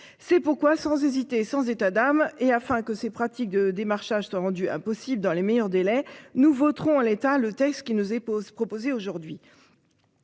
C'est pourquoi sans hésiter sans état d'âme et afin que ces pratiques de démarchage sont rendues impossibles dans les meilleurs délais, nous voterons en l'état le texte qui nous proposée aujourd'hui.